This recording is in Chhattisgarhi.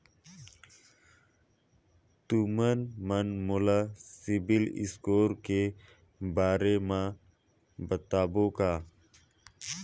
तुमन मन मोला सीबिल स्कोर के बारे म बताबो का?